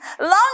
long